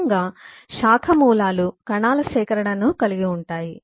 క్రమంగా శాఖ మూలాలు కణాల సేకరణను కలిగి ఉంటాయి